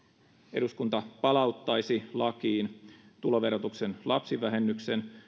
eduskunta palauttaisi lakiin tuloverotuksen lapsivähennyksen